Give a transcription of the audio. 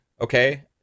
Okay